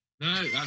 No